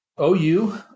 OU